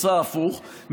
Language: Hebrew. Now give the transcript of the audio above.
עושה הפוך,